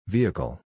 Vehicle